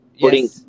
putting